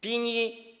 Pini?